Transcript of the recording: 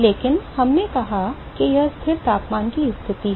लेकिन हमने कहा कि यह स्थिर तापमान की स्थिति है